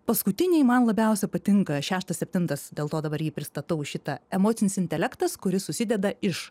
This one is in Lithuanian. paskutiniai man labiausia patinka šeštas septintas dėl to dabar jį pristatau šitą emocinis intelektas kuris susideda iš